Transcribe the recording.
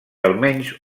almenys